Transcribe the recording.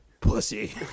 pussy